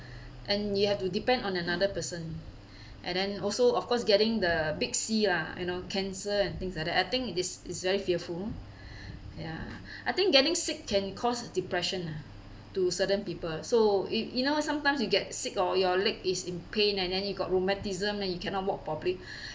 and you have to depend on another person and then also of course getting the big C lah you know cancer and things like that I think this is very fearful ya I think getting sick can cause depression ah to certain people so you you know sometimes you get sick or your leg is in pain and then you got rheumatism then you cannot walk properly